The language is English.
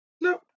no